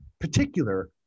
particular